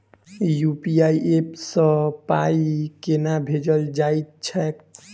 UPI app सँ पाई केना भेजल जाइत छैक?